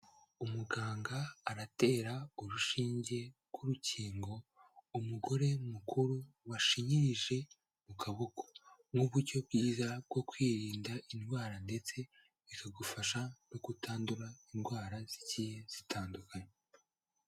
Umuganga aratera urushinge rw'urukingo umugore mukuru washinyirije mu kaboko, nk'uburyo bwiza bwo kwirinda indwara ndetse bikagufasha no kutandura indwara zigiye zitandukanye.